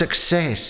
success